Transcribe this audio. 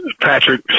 Patrick